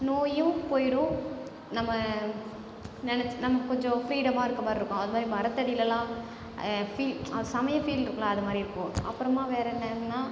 நோயும் போயிடும் நம்ம நெனச் நம்ம கொஞ்சம் ஃப்ரீடமாக இருக்கமாதிரி இருக்கும் அது மாதிரி மரத்தடிலலாம் ஃபீல் அது செமையா ஃபீல் இருக்கும்ல அது மாதிரி இருக்கும் அப்புறமா வேறே என்னென்னால்